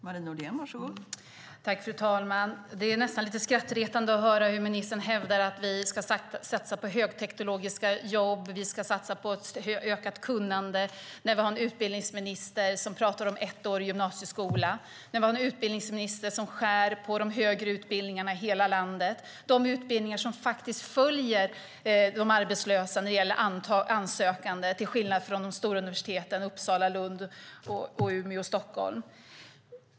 Fru talman! Det är nästan lite skrattretande att höra hur ministern hävdar att vi ska satsa på högteknologiska jobb och ökat kunnande, när vi har en utbildningsminister som talar om ettårig gymnasieskola och skär ned på de högre utbildningarna i hela landet - de utbildningar som följer de arbetslösa när det gäller antalet ansökningar till skillnad från de stora universiteten i Uppsala, Lund, Umeå och Stockholm.